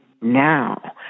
now